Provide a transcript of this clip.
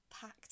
packed